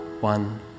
one